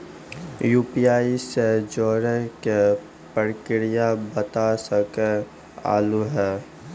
UPI से जुड़े के प्रक्रिया बता सके आलू है?